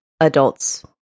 adults